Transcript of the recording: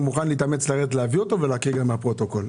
אני מוכן להתאמץ לרדת להביא אותו ולהקריא גם מהפרוטוקול.